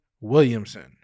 Williamson